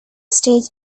stage